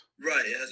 Right